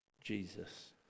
Jesus